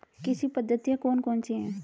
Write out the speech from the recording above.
कृषि पद्धतियाँ कौन कौन सी हैं?